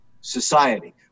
society